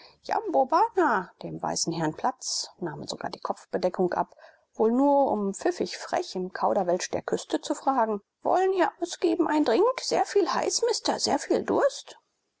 dem weißen herrn platz nahmen sogar die kopfbedeckung ab wohl nur um pfiffig frech im kauderwelsch der küste zu fragen wollen ihr ausgeben ein drink sehr viel heiß mister sehr viel durst